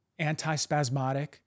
antispasmodic